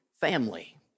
family